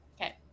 okay